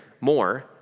more